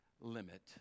limit